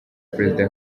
perezida